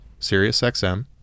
SiriusXM